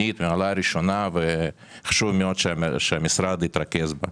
70 אחוזים מהנשק מגיעים מבסיסי הצבא.